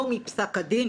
לא מפסק הדין,